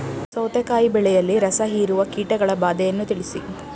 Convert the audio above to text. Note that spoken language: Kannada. ಸೌತೆಕಾಯಿ ಬೆಳೆಯಲ್ಲಿ ರಸಹೀರುವ ಕೀಟಗಳ ಬಾಧೆಯನ್ನು ತಿಳಿಸಿ?